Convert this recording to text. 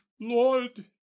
lord